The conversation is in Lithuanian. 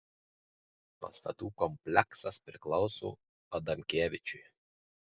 pastatų kompleksas priklauso adamkevičiui